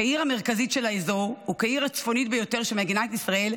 כעיר המרכזית של האזור וכעיר הצפונית ביותר של מדינת ישראל,